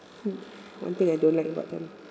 one thing I don't like about them